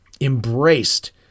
embraced